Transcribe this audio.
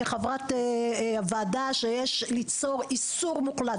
כחברת הוועדה שיש ליצור איסור מוחלט,